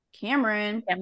Cameron